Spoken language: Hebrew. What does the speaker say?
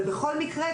בכל מקרה,